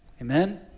Amen